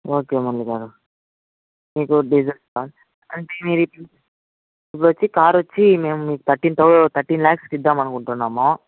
okay Murali garu మీకు design అంటే మీరిప్పుడు ఇప్పుడొచ్చి కారొచ్చి మేము మీకు థర్టీన్ థౌసం థర్టీన్ లాక్స్కిద్దామనుకుంటున్నాము